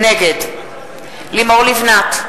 נגד לימור לבנת,